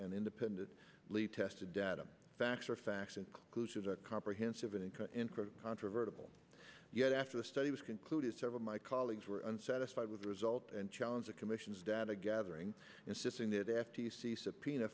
and independent lead tested data facts are facts inclusive comprehensive and controversial yet after the study was concluded several my colleagues were unsatisfied with the result and challenge the commission's data gathering insisting that f t c subpoena